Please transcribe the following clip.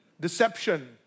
Deception